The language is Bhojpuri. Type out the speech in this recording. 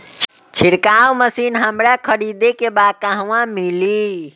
छिरकाव मशिन हमरा खरीदे के बा कहवा मिली?